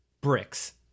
Bricks